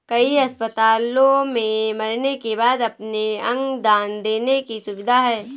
कई अस्पतालों में मरने के बाद अपने अंग दान देने की सुविधा है